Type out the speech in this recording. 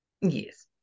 Yes